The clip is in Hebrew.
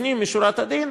לפנים משורת הדין,